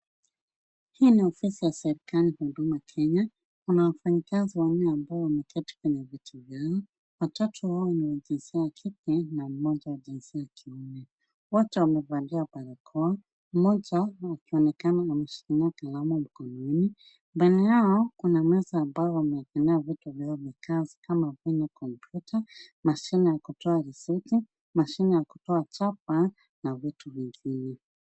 Hii ni ofisi ya serikali ya huduma Kenya. Kuna wafanyikazi wanne ambao wameketi kwenye viti vyao. Watatu wao ni wa jinsia ya kike na mmoja wa jinsia ya kiume. Wote wamevalia barakoa. Mmoja akionekana akisikilia kalamu mkononi. Mbele yao kuna nesi amba wamewekelea vitu vyao vya kazi kama vile kompyuta, mashine ya kutoa risiti, mashine ya kutoa chapa na vitu vingine.